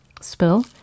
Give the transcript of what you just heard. spill